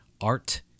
Art